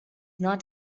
not